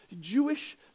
Jewish